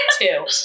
two